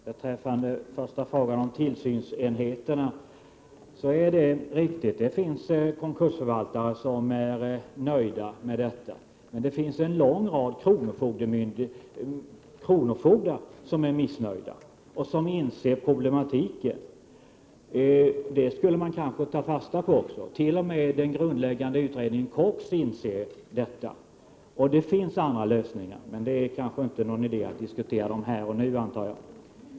Herr talman! Först beträffande tillsynsmyndigheterna. Ja, det är riktigt att det finns konkursförvaltare som är nöjda på denna punkt. Men det finns också en hel del kronofogdar som är missnöjda och som inser problematiken i detta sammanhang. Det skulle man kanske ta fasta på. T.o.m. den grundläggande utredningen KOX inser detta. Det finns andra lösningar. Men jag antar att det inte är någon idé att diskutera dessa här och nu.